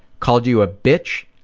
called you a bitch,